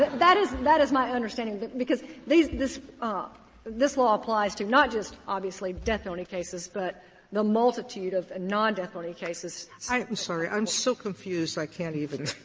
that is that is my understanding. but because these this ah this law applies to not just, obviously, death-only cases but the multitude of non-death-only cases. sotomayor i'm sorry. i'm so confused i can't even